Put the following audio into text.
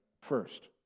first